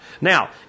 Now